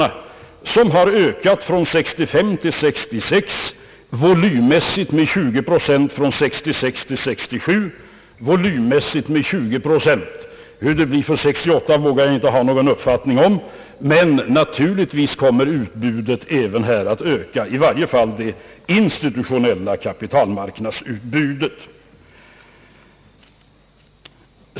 Denna utlåning har från 1966 till 1967 ökat volymmässigt med 20 procent. Hur det blir för år 1968 vågar jag inte ha någon uppfattning om, men naturligtvis kommer utbudet även då att öka, i varje fall det institutionella kapitalmarknadsutbudet.